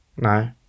No